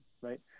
right